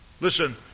Listen